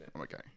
okay